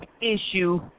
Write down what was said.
issue